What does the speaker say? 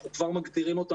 אנחנו כבר מגדירים אותה.